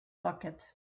bucket